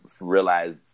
realize